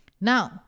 now